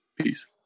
Peace